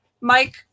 mike